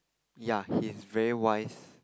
ya he is very wise